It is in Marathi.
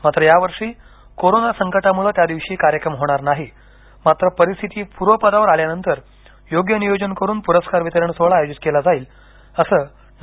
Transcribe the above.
मात्र यावर्षी कोरोना संकटामुळे त्यादिवशी कार्यक्रम होणार नाही मात्र परिस्थिती पूर्वपदावर आल्यानंतर योग्य नियोजन करून पुरस्कार वितरण सोहळा आयोजित केला जाईल असे डॉ